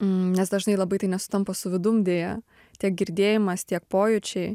nes dažnai labai tai nesutampa su vidum deja tiek girdėjimas tiek pojūčiai